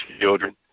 children